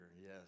yes